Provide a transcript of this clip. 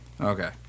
Okay